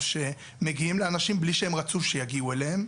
שמגיעים לאנשים בלי שהם רצו שיגיעו אליהם,